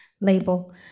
label